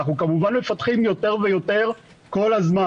אנחנו כמובן מפתחים יותר ויותר כל הזמן.